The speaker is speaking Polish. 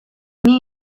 nie